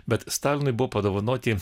bet stalinui buvo padovanoti